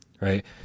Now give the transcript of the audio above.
Right